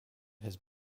his